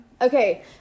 Okay